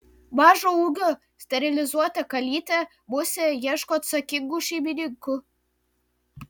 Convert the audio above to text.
mažo ūgio sterilizuota kalytė musė ieško atsakingų šeimininkų